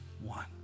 one